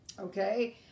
okay